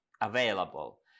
available